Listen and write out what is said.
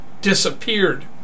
disappeared